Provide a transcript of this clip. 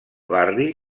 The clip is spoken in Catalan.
barri